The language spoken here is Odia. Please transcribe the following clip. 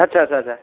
ଆଚ୍ଛା ଆଚ୍ଛା ଆଚ୍ଛା